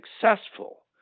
successful